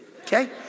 okay